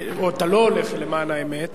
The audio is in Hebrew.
או אתה לא הולך, למען האמת,